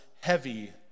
heavy